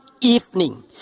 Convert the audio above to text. evening